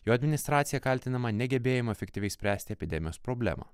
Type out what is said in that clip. jo administracija kaltinama negebėjimu efektyviai spręsti epidemijos problemą